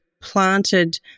planted